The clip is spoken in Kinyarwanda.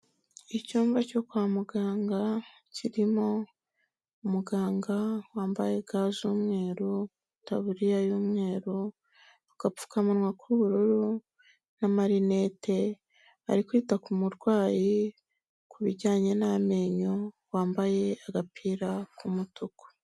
Icyumba cyo kwa muganga kirimo umuganga wambaye ga z'umweru, itaburiya y'umweru, agapfukamunwa k'ubururu n'amarinete, ari kwita ku murwayi ku bijyanye n'amenyo wambaye agapira k'umutuku.